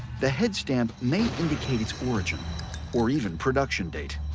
the head stamp may indicate its origin or even production date.